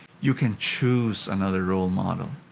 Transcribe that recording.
you can choose another role model.